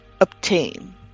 obtain